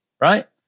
right